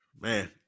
Man